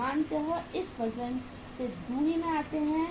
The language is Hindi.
सामान्यतया किस वजह से दूरी में आते हैं